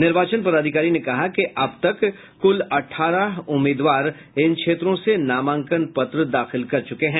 निर्वाचन पदाधिकारी ने कहा कि अब तक कुल अठारह उम्मीदवार इन क्षेत्रों से नामांकन पत्र दाखिल कर चुके हैं